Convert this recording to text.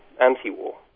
anti-war